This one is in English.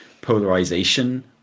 polarization